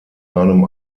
einem